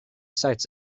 sites